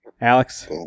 Alex